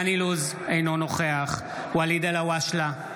אינו נוכח ואליד אלהואשלה,